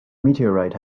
meteorite